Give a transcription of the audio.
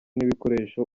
n’ibikoresho